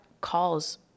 calls